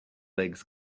legs